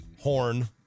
Horn